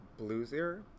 bluesier